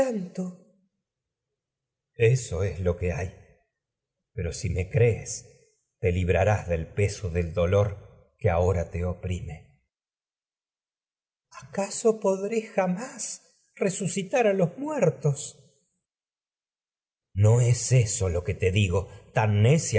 electra eso eg lo que hay pero si me crees te librarás del peso del dolor que ahora te oprime tragedias de sófocles crisótemis muertos acaso podré jamás resucitar a los electra no es eso lo que me digo tan